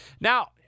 Now